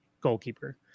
goalkeeper